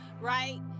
right